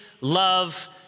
love